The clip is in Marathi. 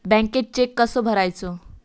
बँकेत चेक कसो भरायचो?